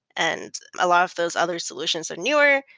and a lot of those other solutions are newer.